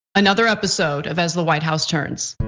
another episode of as the white house turns.